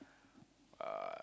uh